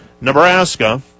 Nebraska